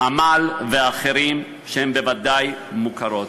"עמל" ואחרות, שהן בוודאי מוכרות.